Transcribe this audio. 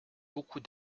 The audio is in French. beaucoup